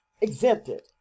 exempted